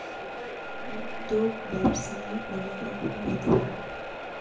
উদ্যোগ ব্যবসায়ে অনেক রকমের হতে পারে